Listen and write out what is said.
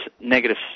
negative